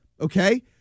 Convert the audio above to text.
okay